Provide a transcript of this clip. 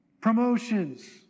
promotions